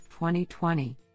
2020